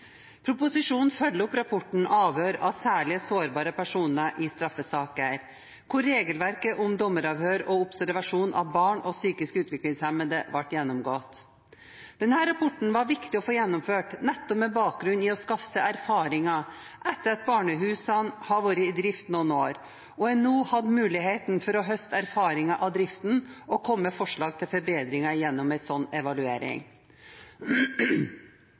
Proposisjonen følger opp rapporten «Avhør av særlig sårbare personer i straffesaker», der regelverket om dommeravhør og observasjon av barn og psykisk utviklingshemmede ble gjennomgått. Denne rapporten var viktig å få gjennomført, nettopp med bakgrunn i å skaffe seg erfaringer etter at barnehusene har vært i drift noen år og en nå hadde mulighet for å høste erfaringer av driften og komme med forslag til forbedringer gjennom en slik evaluering.